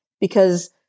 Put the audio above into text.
Because-